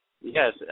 Yes